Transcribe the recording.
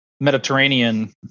Mediterranean